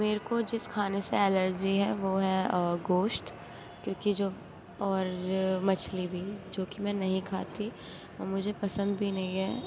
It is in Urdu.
میرے کو جس کھانے سے الرجی ہے وہ ہے گوشت کیونکہ جو اور مچھلی بھی جوکہ میں نہیں کھاتی اور مجھے پسند بھی نہیں ہے